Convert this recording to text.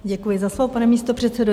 Děkuji za slovo, pane místopředsedo.